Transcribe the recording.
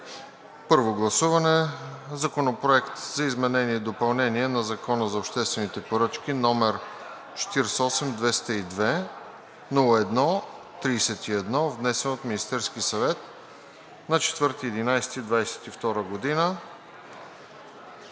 първо гласуване Законопроект за изменение и допълнение на Закона за обществените поръчки, № 48-202-01-31, внесен от Министерския съвет на 4 ноември